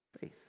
Faith